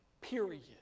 Period